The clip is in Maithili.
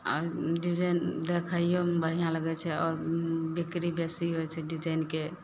आओर डिजाइन देखैयोमे बढ़िआँ लगय छै आओर बिक्री बेसी होइ छै डिजाइनके